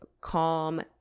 calm